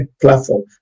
platform